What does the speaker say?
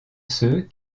ceux